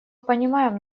понимаем